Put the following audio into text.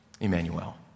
Emmanuel